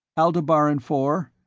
aldebaran four.